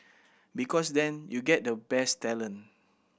because then you get the best talent